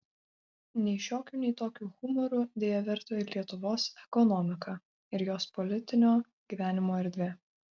nei šiokiu nei tokiu humoru deja virto ir lietuvos ekonomika ir jos politinio gyvenimo erdvė